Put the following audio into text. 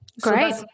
great